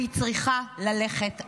והיא צריכה ללכת הביתה.